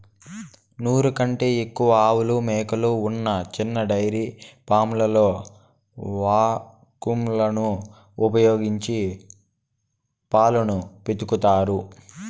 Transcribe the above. నూరు కంటే ఎక్కువ ఆవులు, మేకలు ఉన్న చిన్న డెయిరీ ఫామ్లలో వాక్యూమ్ లను ఉపయోగించి పాలను పితుకుతారు